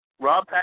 Rob